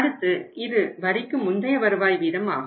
அடுத்து இது வரிக்கு முந்தைய வருவாய் வீதம் ஆகும்